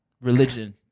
religion